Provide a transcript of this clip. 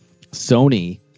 sony